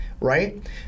right